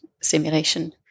simulation